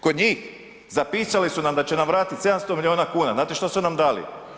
Kod njih zapisali su nam da će nam vratiti 700 milijuna kuna, znate što su nam dali?